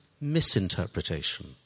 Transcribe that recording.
misinterpretation